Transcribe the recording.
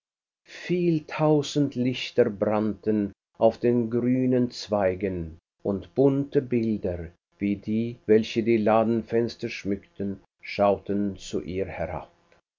viel tausend lichter brannten auf den grünen zweigen und bunte bilder wie die welche die ladenfenster schmücken schauten zu ihr herab